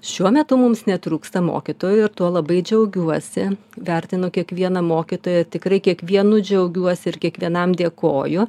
šiuo metu mums netrūksta mokytojų ir tuo labai džiaugiuosi vertinu kiekvieną mokytoją tikrai kiekvienu džiaugiuosi ir kiekvienam dėkoju